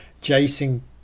Jason